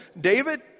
David